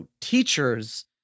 teachers